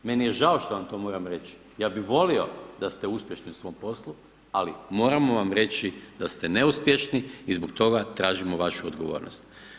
Meni je žao što vam to moram reći, ja bih volio da ste uspješni u svom poslu ali moram vam reći da ste neuspješni i zbog toga tražimo vašu odgovornost.